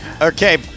Okay